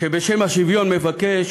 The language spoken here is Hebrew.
שבשם השוויון מבקשים